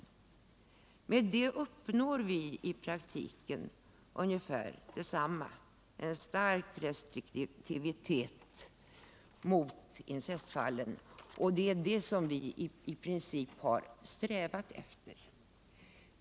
Härmed uppnår vi i praktiken ungefär detsamma — en stark restriktivitet mot incestfallen — och det är det som vi i princip strävat efter.